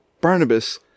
Barnabas